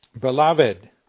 Beloved